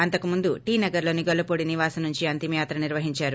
అంతకు ముందు టీనగర్ లోని గొల్లపూడి నివాసం నుంచి అంతిమయాత్ర నిర్వహించారు